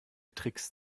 tricks